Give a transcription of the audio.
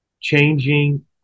changing